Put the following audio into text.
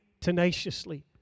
tenaciously